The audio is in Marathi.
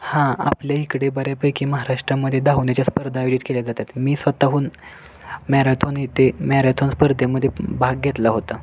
हा आपल्या इकडे बऱ्यापैकी महाराष्ट्रामध्ये धावण्याच्या स्पर्धा आयोजित केल्या जातात मी स्वतःहून मॅराथॉन येते मॅराथॉन स्पर्धेमध्ये भाग घेतला होता